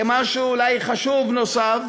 ומשהו אולי חשוב נוסף